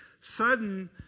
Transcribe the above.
sudden